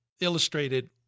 illustrated